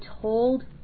told